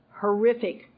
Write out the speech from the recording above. horrific